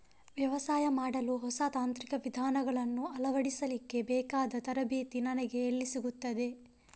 ವ್ಯವಸಾಯ ಮಾಡಲು ಹೊಸ ತಾಂತ್ರಿಕ ವಿಧಾನಗಳನ್ನು ಅಳವಡಿಸಲಿಕ್ಕೆ ಬೇಕಾದ ತರಬೇತಿ ನನಗೆ ಎಲ್ಲಿ ಸಿಗುತ್ತದೆ?